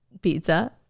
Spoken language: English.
pizza